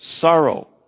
sorrow